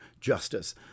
justice